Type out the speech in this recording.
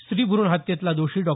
स्त्रीभ्रूण हत्येतला दोषी डॉ